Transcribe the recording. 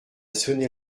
sonné